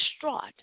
distraught